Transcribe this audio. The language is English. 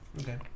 Okay